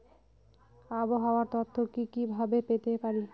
আবহাওয়ার তথ্য কি কি ভাবে পেতে পারি?